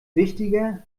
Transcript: wichtiger